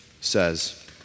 says